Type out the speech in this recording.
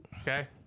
Okay